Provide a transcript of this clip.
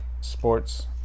sports